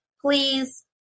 please